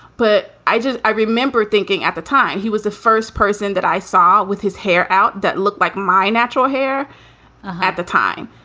but i just i remember thinking at the time he was the first person that i saw with his hair out that looked like my natural hair at the time.